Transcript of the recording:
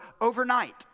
overnight